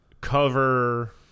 cover